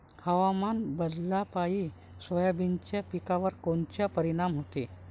हवामान बदलापायी सोयाबीनच्या पिकावर कोनचा परिणाम होते?